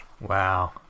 Wow